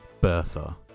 Bertha